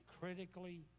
critically